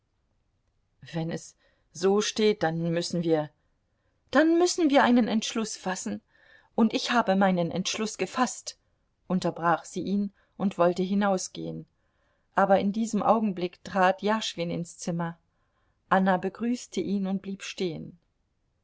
wenn es so steht dann müssen wir dann müssen wir einen entschluß fassen und ich habe meinen entschluß gefaßt unterbrach sie ihn und wollte hinausgehen aber in diesem augenblick trat jaschwin ins zimmer anna begrüßte ihn und blieb stehen